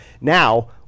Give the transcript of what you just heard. now